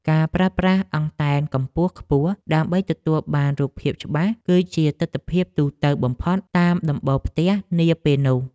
ការប្រើប្រាស់អង់តែនកម្ពស់ខ្ពស់ដើម្បីទទួលបានរូបភាពច្បាស់ គឺជាទិដ្ឋភាពទូទៅបំផុតនៅតាមដំបូលផ្ទះនាពេលនោះ។